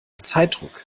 zeitdruck